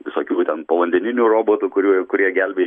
visokių ten povandeninių robotų kurių kurie gelbėja